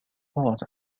part